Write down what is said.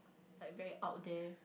like very out there